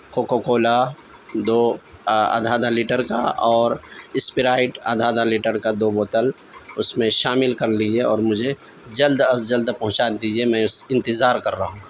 cocoa Cola دو آدھا آدھا لیٹر کا اور اسپرائٹ آدھا آدھا لیٹر کا دو بوتل اس میں شامل کر لیجیے اور مجھے جلد از جلد پہنچا دیجیے میں اس انتظار کر رہا ہوں